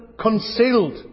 concealed